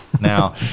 Now